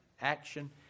action